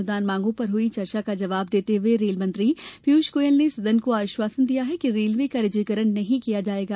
अनुदान मांगों पर हुई चर्चा का जवाब देते हुए रेलमंत्री पीयूष गोयल ने सदन को आश्वासन दिया कि रेलवे का निजीकरण नहीं किया जायेगा